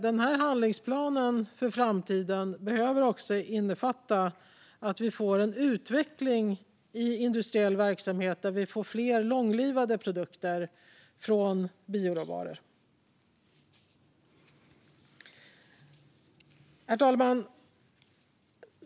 Den här handlingsplanen för framtiden behöver också innefatta att vi får en utveckling i industriell verksamhet där vi får fler långlivade produkter från bioråvaror. Herr talman!